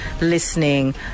listening